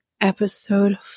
Episode